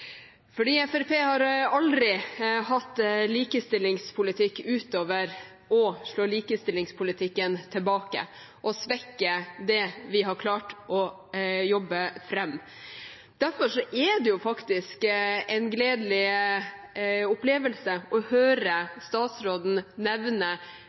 har aldri hatt likestillingspolitikk – utover det å slå likestillingspolitikken tilbake og svekke det vi har klart å jobbe fram. Derfor er det faktisk en gledelig opplevelse å høre statsråden nevne